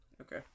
Okay